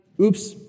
oops